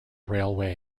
railway